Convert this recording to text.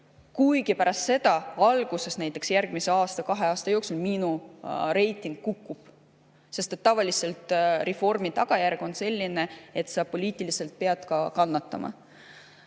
kuigi pärast seda, näiteks järgmise aasta või kahe aasta jooksul, minu reiting kukub." Sest tavaliselt on reformi tagajärg selline, et poliitiliselt sa pead kannatama.Me